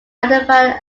identified